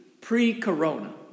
pre-corona